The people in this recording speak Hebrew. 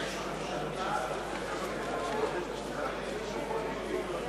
יש מציאות פוליטית שקשורה בכל התהליכים האלה,